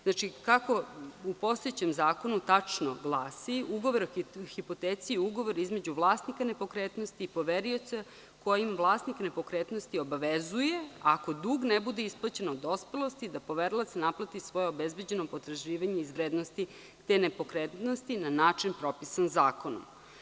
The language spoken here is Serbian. Znači, kako u postojećem zakonu tačno glasi - ugovor o hipoteci je ugovor između vlasnika nepokretnosti, poverioca kojim vlasnik nepokretnosti obavezuje, ako dug ne bude isplaćen od dospelosti, da poverilac naplati svoje obezbeđeno potraživanje iz vrednosti te nepokretnosti, na način propisan zakonom.